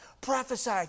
prophesy